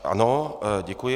Ano, děkuji.